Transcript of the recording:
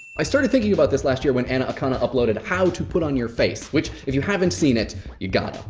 i started thinking about this last year when anna icona kind of uploaded, how to put on your face, which if you haven't seen it, you gotta.